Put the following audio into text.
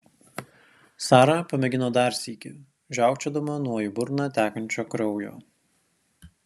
sara pamėgino dar sykį žiaukčiodama nuo į burną tekančio kraujo